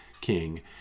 king